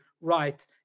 right